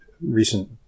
recent